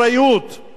ומרגישים בה.